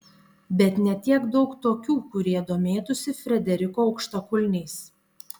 bet ne tiek daug tokių kurie domėtųsi frederiko aukštakulniais